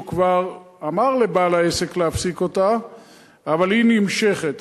שהוא כבר אמר לבעל העסק להפסיק אותה אבל היא נמשכת,